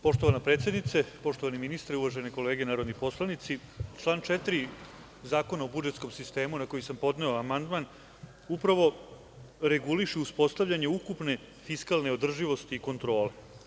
Poštovana predsednice, poštovani ministri, uvažene kolege narodni poslanici, član 4. Zakona o budžetskom sistemu na koji sam podneo amandman upravo reguliše uspostavljanje ukupne fiskalne održivosti i kontrole.